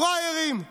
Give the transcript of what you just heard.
פראיירים,